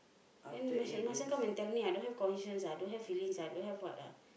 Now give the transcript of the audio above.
then macam macam come and tell me I don't have conscience I don't have feelings I don't have what ah